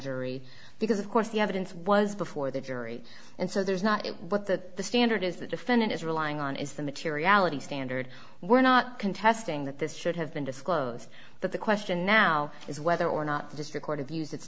jury because of course the evidence was before the jury and so there's not what that the standard is the defendant is relying on is the materiality standard we're not contesting that this should have been disclosed but the question now is whether or not just record of use it